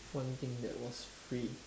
one thing that was free